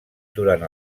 durant